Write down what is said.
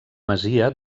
masia